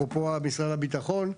אפרופו משרד הביטחון,